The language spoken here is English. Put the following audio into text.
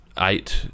eight